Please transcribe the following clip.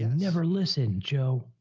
yeah never listen, joe,